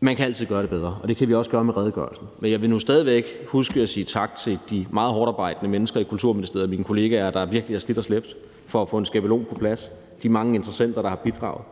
Man kan altid gøre det bedre, og det kan vi også med redegørelsen; men jeg vil nu stadig væk huske at sige tak til de meget hårdtarbejdende mennesker i Kulturministeriet, mine kollegaer, der virkelig har slidt og slæbt for at få en skabelon på plads, og til de mange interessenter, der har bidraget